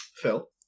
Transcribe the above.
Phil